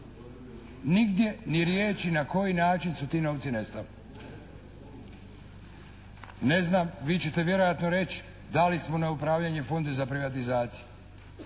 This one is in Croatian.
Nigdje ni riječi na koji način su ti novci nestali? Ne znam, vi ćete vjerojatno reći: Dali smo na upravljanje Fondu za privatizaciju.